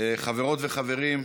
חברות וחברים,